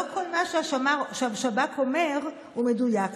לא כל מה שהשב"כ אומר הוא מדויק,